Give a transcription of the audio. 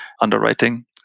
underwriting